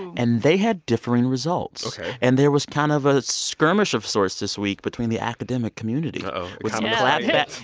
and they had differing results ok and there was kind of a skirmish of sorts this week between the academic community with some clap yeah